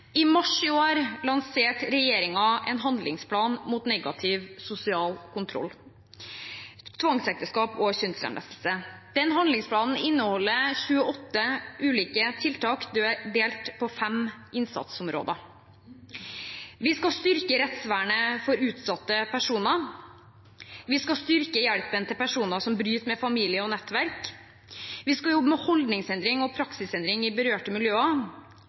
I mars i år lanserte regjeringen en handlingsplan mot negativ sosial kontroll, tvangsekteskap og kjønnslemlestelse. Den handlingsplanen inneholder 28 ulike tiltak fordelt på fem innsatsområder: Vi skal styrke rettsvernet for utsatte personer. Vi skal styrke hjelpen til personer som bryter med familie og nettverk. Vi skal jobbe med holdningsendring og praksisendring i berørte miljøer.